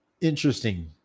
interesting